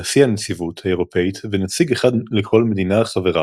נשיא הנציבות האירופית ונציג אחד לכל מדינה חברה.